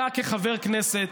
אתה כחבר כנסת,